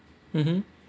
mmhmm